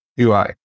UI